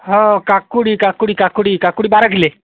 ହଁ କାକୁଡି଼ କାକୁଡି଼ କାକୁଡି଼ କାକୁଡି଼ ବାର କିଲୋ